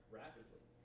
rapidly